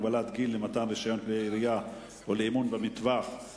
הגבלת גיל למתן רשיון כלי ירייה ולאימון במטווח),